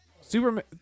Superman